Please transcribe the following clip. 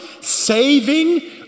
saving